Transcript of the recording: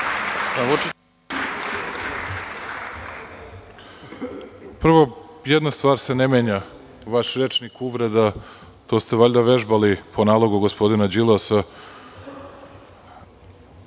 Prvo, jedna stvar se ne menja vaš rečnik uvreda, to ste valjda vežbali po nalogu gospodina Đilasa,